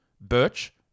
Birch